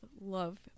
love